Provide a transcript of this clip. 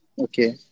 Okay